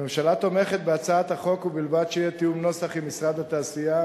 הממשלה תומכת בהצעת החוק ובלבד שיהיה תיאום נוסח עם משרד התעשייה,